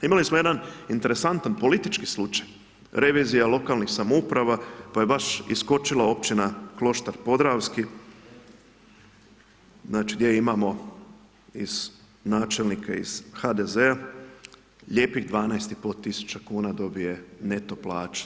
Imali smo jedan interesantan politički slučaj, revizija lokalnih samouprava, pa je baš iskočila općina Kloštar Podravski, znači gdje imamo iz načelnika, iz HDZ-a, lijepih 12,5 tisuća kuna dobije neto plaću.